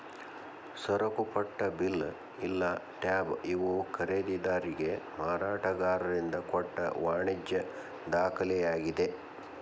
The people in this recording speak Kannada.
ಸರಕುಪಟ್ಟ ಬಿಲ್ ಇಲ್ಲಾ ಟ್ಯಾಬ್ ಇವು ಖರೇದಿದಾರಿಗೆ ಮಾರಾಟಗಾರರಿಂದ ಕೊಟ್ಟ ವಾಣಿಜ್ಯ ದಾಖಲೆಯಾಗಿದೆ